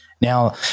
now